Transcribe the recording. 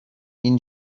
این